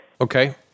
Okay